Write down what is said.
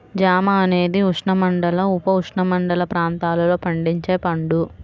జామ అనేది ఉష్ణమండల, ఉపఉష్ణమండల ప్రాంతాలలో పండించే పండు